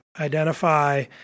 identify